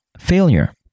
failure